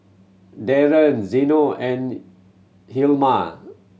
Darryn Zeno and Hjalmar